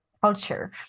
culture